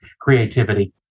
creativity